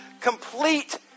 Complete